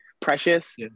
Precious